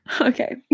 Okay